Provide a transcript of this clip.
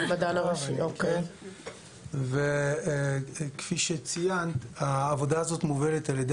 נכון וכפי שציינת העבודה הזאת מובלת על ידי